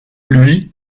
lui